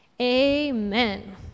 Amen